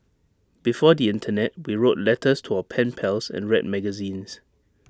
before the Internet we wrote letters to our pen pals and read magazines